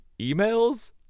emails